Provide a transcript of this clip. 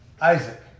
Isaac